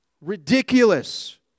Ridiculous